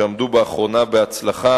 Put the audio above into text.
שעמדו באחרונה בהצלחה